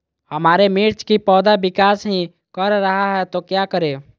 हमारे मिर्च कि पौधा विकास ही कर रहा है तो क्या करे?